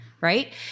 Right